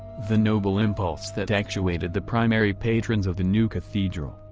the noble impulse that actuated the primary patrons of the new cathedral,